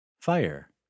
Fire